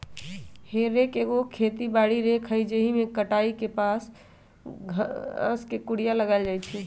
हे रेक एगो खेती बारी रेक हइ जाहिमे कटाई के बाद घास के कुरियायल जाइ छइ